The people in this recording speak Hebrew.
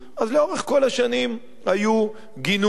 אז לאורך כל השנים היו גינויים.